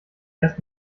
erst